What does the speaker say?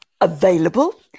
available